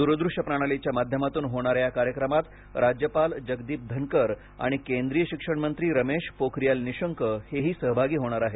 द्रदृष्य प्रणालीच्या माध्यमातून होणाऱ्या या कार्यक्रमात राज्यपाल जगदीप धनखर आणि केंद्रीय शिक्षणमंत्री रमेश पोखारीयाल निशंक हेही सहभागी होणार आहेत